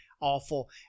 awful